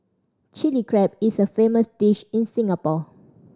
Chilli Crab is a famous dish in Singapore